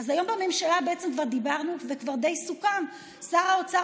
אז היום בממשלה בעצם כבר דיברנו וכבר די סוכם: שר האוצר